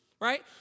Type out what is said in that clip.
Right